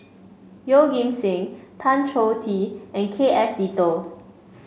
Yeoh Ghim Seng Tan Choh Tee and K F Seetoh